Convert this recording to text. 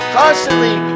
constantly